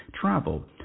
travel